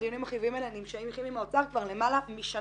הדיונים החיוביים האלה נמשכים עם האוצר כבר למעלה משנה.